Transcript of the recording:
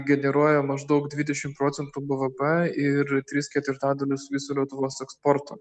generuoja maždaug dvidešim procentų bvp ir tris ketvirtadalius viso lietuvos eksporto